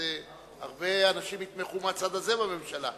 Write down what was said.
הרבה אנשים יתמכו מהצד הזה בממשלה.